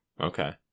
Okay